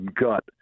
gut